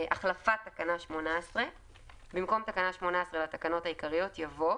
החלפת תקנה 18 במקום תקנה 18 לתקנות העיקריות יבוא: